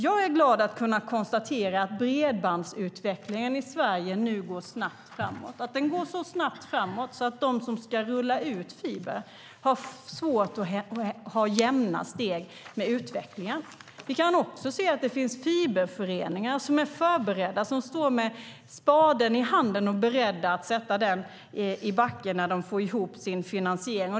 Jag är glad att kunna konstatera att bredbandsutvecklingen i Sverige nu går snabbt framåt, att den går så snabbt framåt att de som ska rulla ut fiber har svårt att hålla jämna steg med utvecklingen. Vi kan också se att det finns fiberföreningar som är förberedda. De står med spaden i handen och är beredda att sätta den i backen när de får ihop sin finansiering.